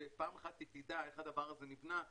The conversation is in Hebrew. שפעם אחת היא תדע איך הדבר הזה נבנה,